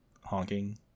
honking